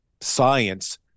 science